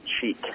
cheek